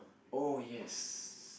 oh yes